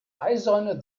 eiserne